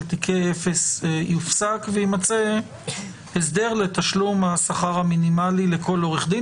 תיקי אפס יופסק ויימצא הסדר לתשלום השכר המינימלי לכל עורך דין,